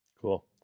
cool